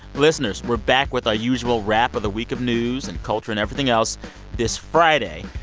listeners, we're back with our usual wrap of the week of news and culture and everything else this friday.